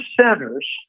centers